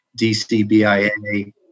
DCBIA